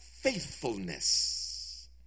faithfulness